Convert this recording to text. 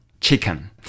chicken